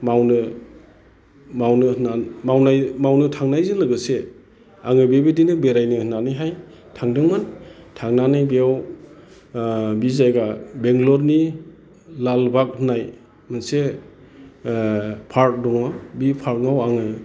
मावनो होननानै मावनो थांनायजों लोगोसे आङो बेबायदिनो बेरायनो होननानैहाय थांदोंमोन थांनानै बेयाव बे जायगा बेंगल'रनि लाल भाग होननाय मोनसे पार्क दङ बे पार्कआव आङो